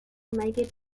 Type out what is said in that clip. legged